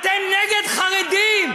אתם נגד חרדים,